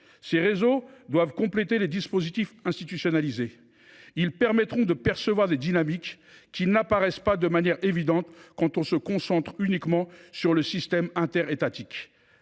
Ces réseaux doivent compléter les dispositifs institutionnalisés. Ils permettront de percevoir des dynamiques qui n’apparaissent pas de manière évidente quand on se concentre uniquement sur le système interétatique.